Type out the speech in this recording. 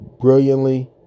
brilliantly